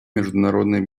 международной